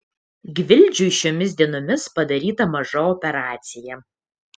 gvildžiui šiomis dienomis padaryta maža operacija